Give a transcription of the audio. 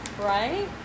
Right